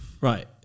Right